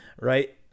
Right